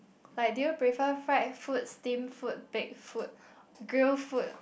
like did you prefer fried food steam food baked food grill food